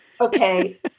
Okay